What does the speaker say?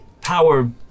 Power